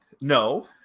no